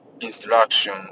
instruction